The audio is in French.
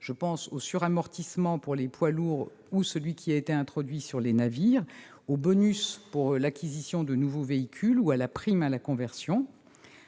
je pense au suramortissement pour les poids lourds ou à celui qui a été introduit pour les navires, au bonus pour l'acquisition de nouveaux véhicules ou à la prime à la conversion.